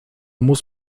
muss